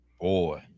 boy